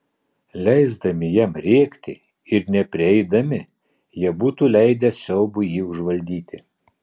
leisdami jam rėkti ir neprieidami jie būtų leidę siaubui jį užvaldyti